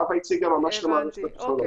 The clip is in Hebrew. חוה הציגה ממש את המערכת הטכנולוגית.